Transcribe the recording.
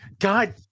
God